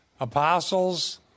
apostles